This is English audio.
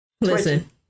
listen